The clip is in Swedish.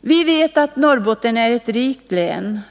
Vi vet att Norrbotten är ett rikt län.